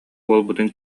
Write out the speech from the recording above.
буолбутун